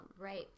Right